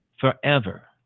forever